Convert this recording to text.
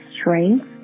strength